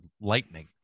lightning